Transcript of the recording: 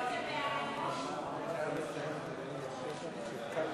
פיתוח המשרד